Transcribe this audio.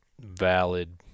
valid